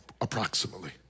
approximately